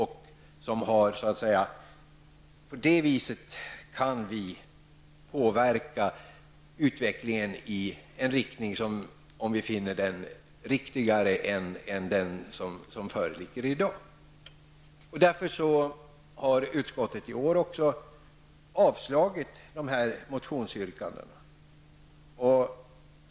På det sättet kan vi påverka utvecklingen i en riktning som vi finner riktigare än den som föreligger i dag. Därför har utskottet i år också avstyrkt dessa motionsyrkanden.